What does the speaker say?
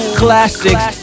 classics